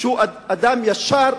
שהוא אדם ישר,